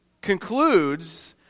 concludes